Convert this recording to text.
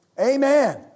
Amen